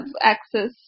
access